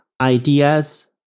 ideas